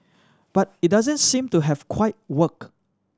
but it doesn't seem to have quite worked